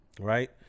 right